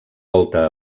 volta